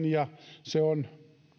ja se on